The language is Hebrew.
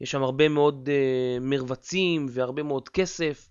יש שם הרבה מאוד מרווצים והרבה מאוד כסף.